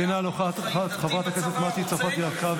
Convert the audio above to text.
על כפיית אורח חיים דתי בצבא?